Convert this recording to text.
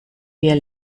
wir